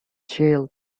jail